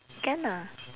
can lah